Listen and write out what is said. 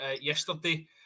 yesterday